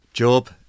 Job